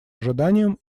ожиданиям